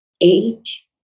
age